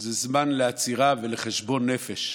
היא זמן לעצירה ולחשבון נפש.